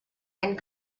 and